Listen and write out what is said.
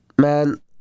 Man